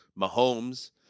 Mahomes